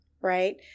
right